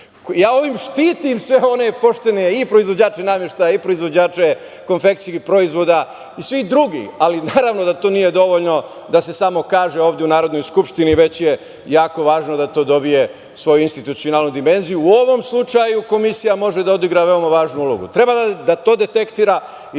Ja ovim štitim sve one poštene i proizvođače nameštaja i proizvođače konfekcijskih proizvoda i svih drugih, ali naravno da to nije dovoljno da se samo kaže ovde u Narodnoj skupštini, već je jako važno da to dobije svoju institucionalnu dimenziju.U ovom slučaju Komisija može da odigra veoma važnu ulogu. Treba da to detektira i treba